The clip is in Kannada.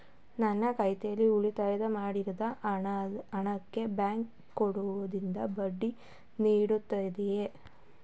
ನನ್ನ ಖಾತೆಯಲ್ಲಿ ಉಳಿತಾಯ ಮಾಡಿದ ಹಣಕ್ಕೆ ಬ್ಯಾಂಕ್ ಕಡೆಯಿಂದ ಬಡ್ಡಿ ನೀಡಲಾಗುತ್ತದೆಯೇ?